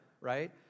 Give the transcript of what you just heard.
right